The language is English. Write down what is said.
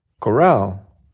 corral